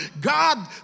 God